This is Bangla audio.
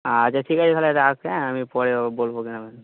আচ্ছা ঠিক আছে তাহলে রাখছি হ্যাঁ আমি পরে বলবো হ্যাঁ